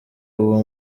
uwo